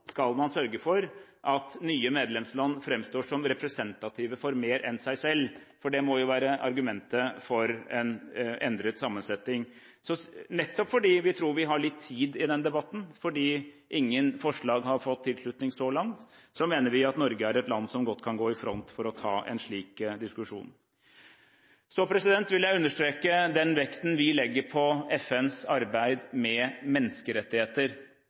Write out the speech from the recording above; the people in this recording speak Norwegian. skal man sørge for at nye medlemsland framstår som representative for mer enn seg selv? Det må jo være argumentet for en endret sammensetning. Nettopp fordi vi tror vi har litt tid i den debatten, og fordi ingen forslag har fått tilslutning så langt, mener vi at Norge er et land som godt kan gå i front for å ta en slik diskusjon. Så vil jeg understreke den vekten vi legger på FNs arbeid med menneskerettigheter.